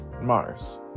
mars